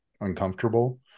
uncomfortable